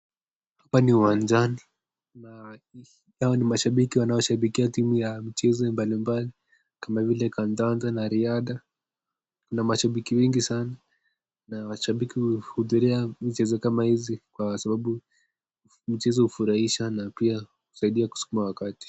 Hapa ni uwanjani na hawa ni mashabiki wanaoshabikia timu ya michezo mbalimbali kama vile kandanda na riadha. Kuna mashabiki wengi sana na mashabiki huudhuria michezo hizi kwa sababu mchezo hufurahisha na pia husaidia kusukuma wakati